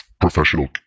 professional